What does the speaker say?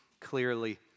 clearly